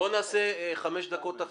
אני גזבר עירית מודיעין עלית.